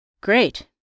Great